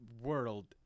world